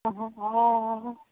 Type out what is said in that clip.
हँ हँ